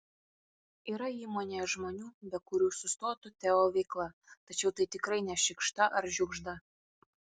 yra įmonėje žmonių be kurių sustotų teo veikla tačiau tai tikrai ne šikšta ar žiugžda